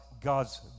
God's